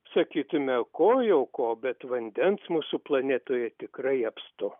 sakytumėme ko jau ko bet vandens mūsų planetoje tikrai apstu